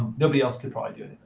nobody else could probably do